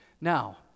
Now